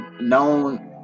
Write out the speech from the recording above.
known